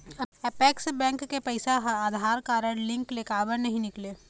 Apex bank के पैसा हा आधार कारड लिंक ले काबर नहीं निकले?